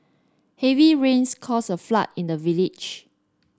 heavy rains caused a flood in the village